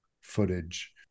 footage